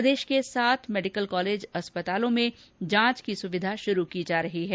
प्रदेश के सात medical college अस्पतालों में जांच की सुविधा शुरू की जा रही है